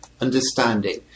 understanding